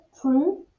true